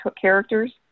characters